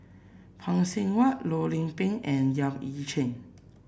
Phay Seng Whatt Loh Lik Peng and Yap Ee Chian